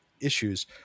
issues